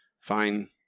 fine